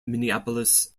minneapolis